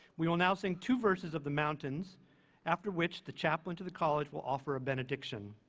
we will now sing two verses of the mountains after which the chaplain to the college will offer a benediction.